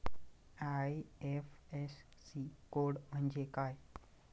IFSC code म्हणजे काय?